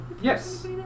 Yes